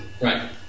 Right